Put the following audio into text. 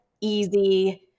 easy